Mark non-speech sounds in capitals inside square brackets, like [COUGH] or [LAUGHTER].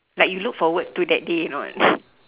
like you look forward to that day or not [LAUGHS]